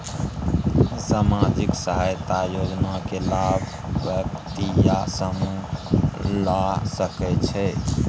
सामाजिक सहायता योजना के लाभ व्यक्ति या समूह ला सकै छै?